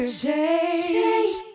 change